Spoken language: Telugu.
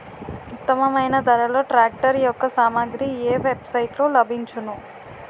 ఉత్తమమైన ధరలో ట్రాక్టర్ యెక్క సామాగ్రి ఏ వెబ్ సైట్ లో లభించును?